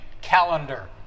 calendar